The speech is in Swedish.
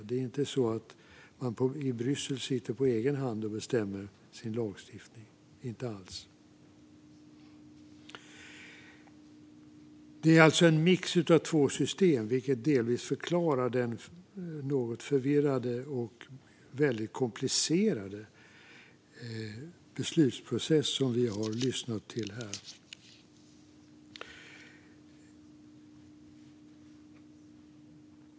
Det är inte alls så att man sitter i Bryssel och bestämmer sin lagstiftning, utan det är alltså en mix av två system. Detta förklarar delvis den något förvirrade och komplicerade beslutsprocess vi har lyssnat till här.